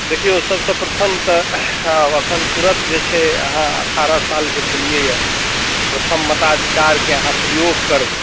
देखियौ सभसँ प्रथम तऽ आब एखन तुरन्त जे छै से अहाँ अठारह सालके भेलियैए प्रथम मताधिकारके अहाँ प्रयोग करबै